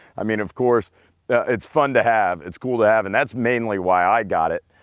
i mean of course it's fun to have, it's cool to have and that's mainly why i got it.